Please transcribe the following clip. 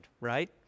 right